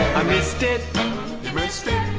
i missed it he missed it